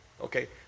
Okay